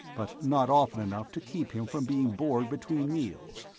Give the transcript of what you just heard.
but not often enough to keep him from being bored between meals,